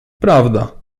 prawda